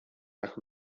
nach